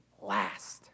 last